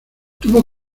tuvo